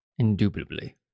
Indubitably